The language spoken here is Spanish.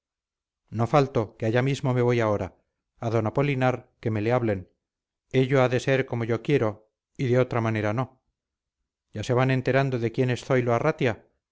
no falto que allá mismo me voy ahora a d apolinar que me le hablen ello ha de ser como yo quiero y de otra manera no ya se van enterando de quién es zoilo arratia